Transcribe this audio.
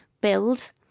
Build